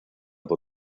por